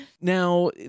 Now